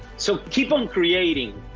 so keep on creating,